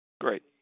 Great